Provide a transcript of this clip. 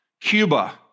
Cuba